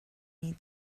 need